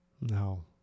No